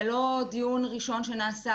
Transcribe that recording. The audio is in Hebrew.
זה לא דיון ראשון שנעשה